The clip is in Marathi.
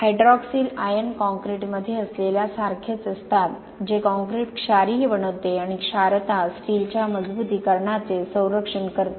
हायड्रॉक्सिल आयन कॉंक्रिटमध्ये असलेल्या सारखेच असतात जे कॉंक्रिट क्षारीय बनवते आणि क्षारता स्टीलच्या मजबुतीकरणाचे संरक्षण करते